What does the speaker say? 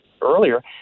earlier